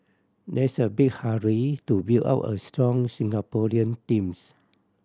there's a big hurry to build up a strong Singaporean teams